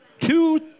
two